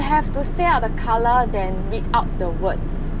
you have to say out the colour than read out the words